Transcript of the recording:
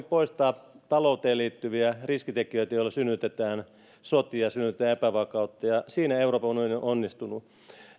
poistaa talouteen liittyviä riskitekijöitä joilla synnytetään sotia synnytetään epävakautta ja siinä euroopan unioni on onnistunut